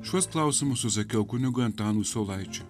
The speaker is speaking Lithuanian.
šiuos klausimus susakiau kunigui antanui saulaičiui